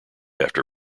after